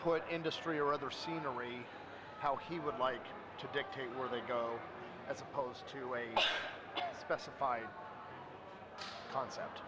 put industry or other scenery how he would like to dictate where they go as opposed to a specified concept